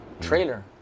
trailer